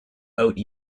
oat